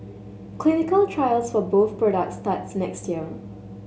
clinical trials for both products starts next year